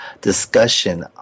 discussion